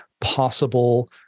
possible